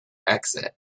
exit